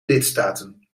lidstaten